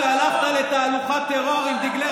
שהלכת לתהלוכת טרור עם דגלי,